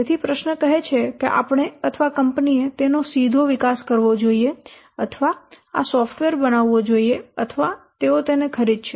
તેથી પ્રશ્ન કહે છે કે આપણે અથવા કંપનીએ તેનો વિકાસ કરવો જોઈએ અથવા આ સોફ્ટવેર બનાવવો જોઈએ અથવા તેઓ તેને ખરીદશે